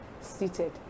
seated